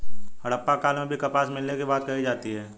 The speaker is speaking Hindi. हड़प्पा काल में भी कपास मिलने की बात कही जाती है